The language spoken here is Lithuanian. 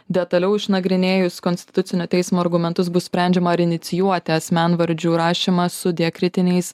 detaliau išnagrinėjus konstitucinio teismo argumentus bus sprendžiama ar inicijuoti asmenvardžių rašymą su diakritiniais